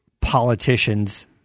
politicians